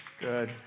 Good